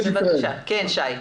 בבקשה, שי מליחי.